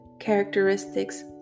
characteristics